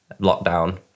lockdown